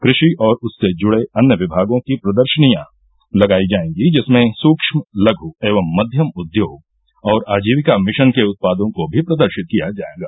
कृषि और उससे जुड़े अन्य विमागों की प्रदर्शनियां लगाई जाएगी जिसमें सूक्ष्म लघु एवं मध्यम उद्योग और आजीविका मिशन के उत्पादों को भी प्रदर्शित किया जाएगा